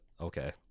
Okay